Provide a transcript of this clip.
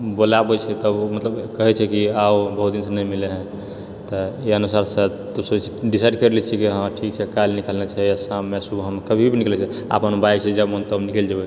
बोलाबै छै तब ओ मतलब कहै छै कि आओ बहुत दिनसे नही मिले हैं तऽ ई अनुसारसँ तऽ सोचै डिसाइड करि लए छियै हाँ ठीक छै काल्हि निकलनाए छै या शाममे या सुबहमे कभी भी निकलि जाइ छियै अपन भए जाइ छै मन तभ निकलि जेबै